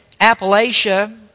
Appalachia